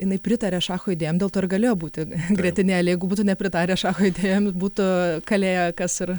jinai pritaria šacho idėjom dėl to ir galėjo būti grietinėlė jeigu būtų nepritarę šacho idėjoms būtų kalėję kas ir